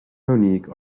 monique